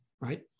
right